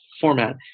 format